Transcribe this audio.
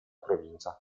provincia